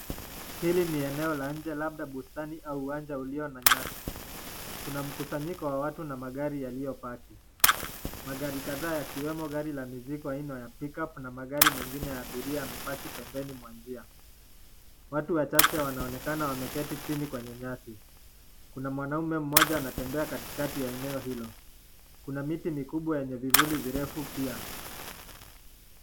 Hili ni eneo la nje labda bustani ama uwanjani ulio na nyasi. Kuna mkusanyiko Wa watu na magari yaliyo paki. Magari kadhaa yakiwemo gari ya mizigo kama (pick up) na magari mengine ya abiria yamepaki pembeni mwa njia . Watu wachache wanaonekana wameketi chini kwenye nyasi . Kuna mwanaume mmoja anatembea katikati ya eneo hilo. Kuna miti mikubwa yenye vivuli virufu pia.